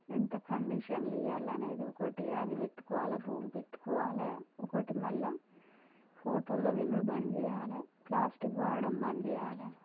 ఎంత కండిషన్లు ఇయాలనేది ఒకటి అది పెట్టుకోవాలి రూల్ పెట్టుకోవాలి అది ఒకటి మళ్ళీ హోటల్లో తినడం బంద్ చేయాలి ప్లాస్టిక్ వాడడం బంద్ చేయాలి